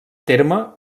terme